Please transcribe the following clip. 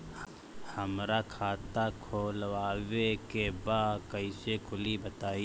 हमरा खाता खोलवावे के बा कइसे खुली बताईं?